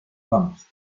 vamos